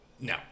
No